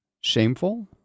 shameful